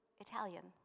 Italian